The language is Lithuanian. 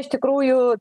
iš tikrųjų